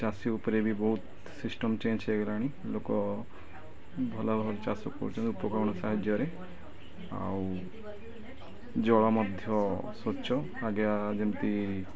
ଚାଷୀ ଉପରେ ବି ବହୁତ ସିଷ୍ଟମ ଚେଞ୍ଜ ହେଇଗଲାଣି ଲୋକ ଭଲ ଭଲ ଚାଷ କରୁଛନ୍ତି ଉପକରଣ ସାହାଯ୍ୟରେ ଆଉ ଜଳ ମଧ୍ୟ ସ୍ୱଚ୍ଛ ଆଗେ ଆ ଯେମିତି